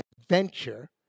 adventure